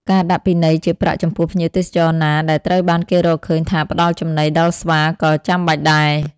ការដាក់ពិន័យជាប្រាក់ចំពោះភ្ញៀវទេសចរណាដែលត្រូវបានគេរកឃើញថាផ្តល់ចំណីដល់ស្វាក៏ចាំបាច់ដែរ។